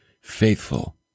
faithful